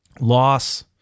loss